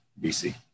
BC